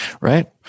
Right